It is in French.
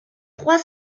trois